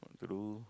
ah true